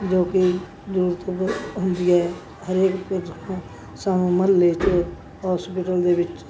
ਜੋ ਕਿ ਜ਼ਰੂਰਤ ਬਹੁਤ ਹੁੰਦੀ ਹੈ ਹਰੇਕ ਸਾ ਮੁਹੱਲੇ 'ਚ ਹੌਸਪਿਟਲ ਦੇ ਵਿੱਚ